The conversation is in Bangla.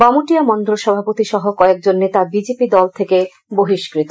বামুটিয়া মন্ডল সভাপতি সহ কয়েকজন নেতা বিজেপি দল থেকে বহিষ্কত